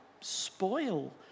spoil